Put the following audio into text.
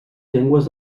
llengües